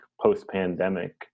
post-pandemic